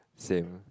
same